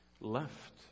left